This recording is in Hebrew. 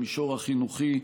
המישור החינוכי,